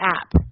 app